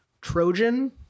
Trojan